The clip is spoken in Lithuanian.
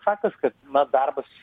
faktas kad na darbas